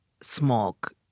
smoke